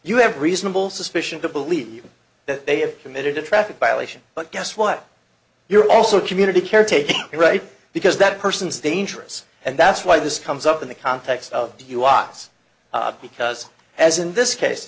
you have reasonable suspicion to believe that they have committed a traffic violation but guess what you're also community care taking a right because that person is dangerous and that's why this comes up in the context of do you watts because as in this case